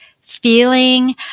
feeling